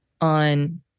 on